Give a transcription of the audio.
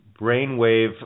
brainwave